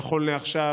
נכון לעכשיו,